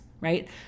right